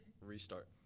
Restart